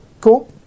Cool